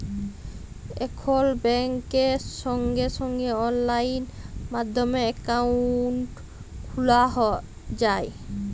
এখল ব্যাংকে সঙ্গে সঙ্গে অললাইন মাধ্যমে একাউন্ট খ্যলা যায়